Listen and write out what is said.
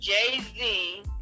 Jay-Z